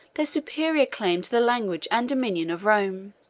their superior claim to the language and dominion of rome.